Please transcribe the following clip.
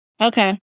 Okay